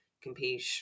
compete